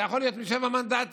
אתה יכול להיות עם שבעה מנדטים